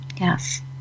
Yes